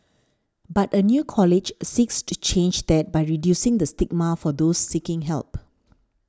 but a new college seeks to change that by reducing the stigma for those seeking help